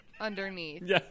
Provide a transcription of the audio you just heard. underneath